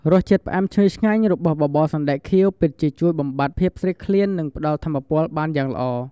រសជាតិផ្អែមឈ្ងុយឆ្ងាញ់របស់បបរសណ្ដែកខៀវពិតជាជួយបំបាត់ភាពស្រេកឃ្លាន និងផ្ដល់ថាមពលបានយ៉ាងល្អ។